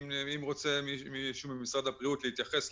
אנחנו עוקבים